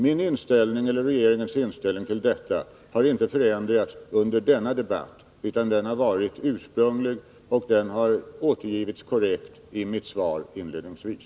Min eller regeringens inställning till detta har inte förändrats under denna debatt, utan den har varit ursprunglig och har återgetts korrekt i mitt svar inledningsvis.